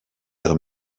air